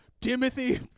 Timothy